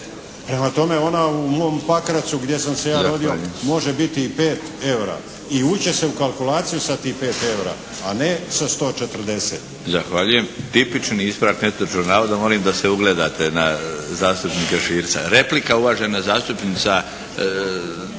Prema tome u mom Pakracu gdje sam se ja rodio može biti i 5 eura i ući će se u kalkulaciju sa tih 5 eura, a ne sa 140. **Milinović, Darko (HDZ)** Zahvaljujem. Tipični ispravak netočnog navoda, molim da se ugledate na zastupnika Širca. Replika, uvažena zastupnica